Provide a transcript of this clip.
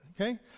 Okay